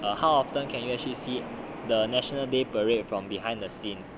ya how often can you actually see the national day parade from behind the scenes